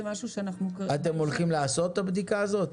זה משהו שאנחנו כרגע --- אתם הולכים לעשות את הבדיקה הזאת?